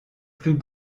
plus